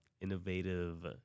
innovative